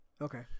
Okay